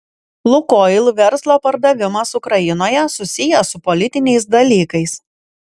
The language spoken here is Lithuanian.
lukoil verslo pardavimas ukrainoje susijęs su politiniais dalykais